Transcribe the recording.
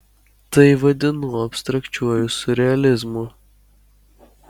tai vadinu abstrakčiuoju siurrealizmu